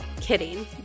Kidding